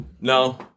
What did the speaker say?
No